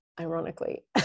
ironically